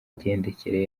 migendekere